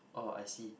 oh I see